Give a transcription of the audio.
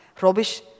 rubbish